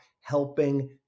helping